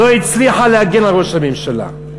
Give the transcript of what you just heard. לא הצליחה להגן על ראש הממשלה.